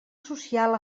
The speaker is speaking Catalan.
social